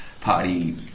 party